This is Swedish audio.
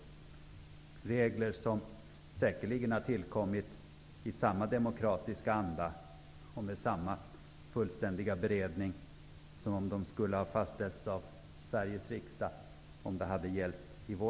Det gäller regler som säkerligen har tillkommit i samma demokratiska anda och med samma fullständiga beredning som regler gällande vårt land och som fastställts av Sveriges riksdag skulle präglas av.